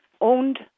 owned